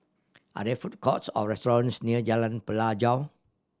are there food courts or restaurants near Jalan Pelajau